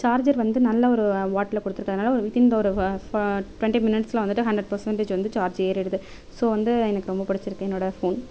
charger வந்து நல்ல ஒரு வாட்டில் கொடுத்துருக்கறதுனால ஒரு வித்இன் த ஒரு வ ஃப டொண்ட்டி மினிட்ஸில் வந்துட்டு ஹண்ட்ரெட் பேர்சென்டேஜ் வந்து சார்ஜ் ஏறிடுது ஸோ வந்து எனக்கு ரொம்ப பிடிச்சிருக்கு என்னோடய ஃபோன்